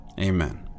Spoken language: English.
amen